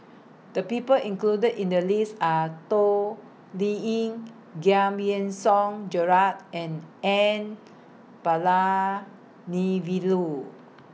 The People included in The list Are Toh Liying Giam Yean Song Gerald and N Palanivelu